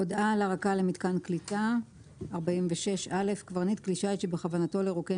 "הודעה על הרקה למיתקן קליטה קברניט כלי שיט שבכוונתו לרוקן